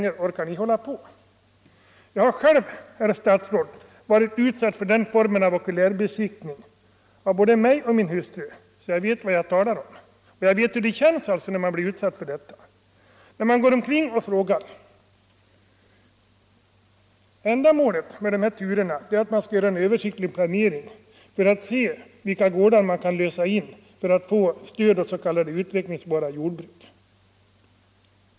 Jag har själv, herr statsråd, varit utsatt för den formen av okulärbesiktning —- både jag själv och min hustru. Jag vet följaktligen hur det känns när man blir utsatt för sådant. Ändamålet med dessa turer är att man skall göra en översiktlig planering för att se vilka gårdar man kan lösa in för att ge stöd åt s.k. utvecklingsbara jordbruk.